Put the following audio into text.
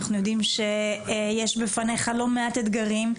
אנחנו יודעים שיש לפניך לא מעט אתגרים.